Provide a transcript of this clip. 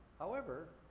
however,